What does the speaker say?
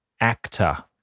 actor